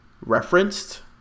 referenced